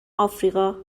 افریقا